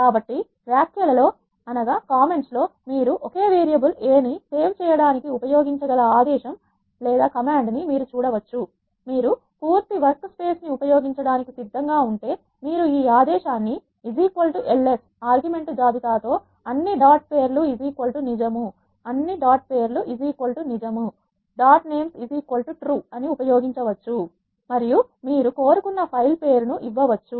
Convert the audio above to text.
కాబట్టి వ్యాఖ్యలలో మీరు ఒకే వేరియబుల్ a ని సేవ్ చేయడానికి ఉపయోగించ గల ఆదేశం కమాండ్ అని మీరు చూడవచ్చు మీరు పూర్తి వర్క్ స్పేస్ ఉపయోగించడానికి సిద్ధంగా ఉంటే మీరు ఈ ఆదేశాన్ని ls ఆర్గ్యుమెంట్ జాబితా తో అన్ని డాట్ పేర్లు నిజంdot namestrue అని ఉపయోగించవచ్చు మరియు మీరు కోరు కున్న ఫైల్ పేరు ను ఇవ్వ వచ్చు